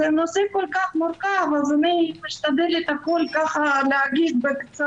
זה נושא כל כך מורכב ואני משתדלת לומר הכול בקצרה.